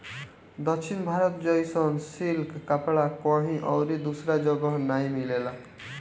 दक्षिण भारत जइसन सिल्क कपड़ा कहीं अउरी दूसरा जगही नाइ मिलेला